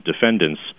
defendants